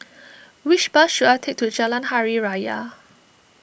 which bus should I take to Jalan Hari Raya